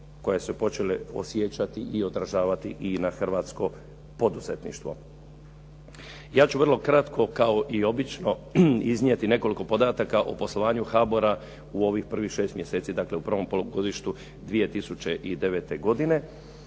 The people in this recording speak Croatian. koje su počele osjećati i održavati i na hrvatsko poduzetništvo. Ja ću vrlo kratko kao i obično iznijeti nekoliko podataka o poslovanju HBOR-a u ovih prvih 6 mjeseci, dakle u prvom polugodištu 2009. godine.